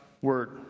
word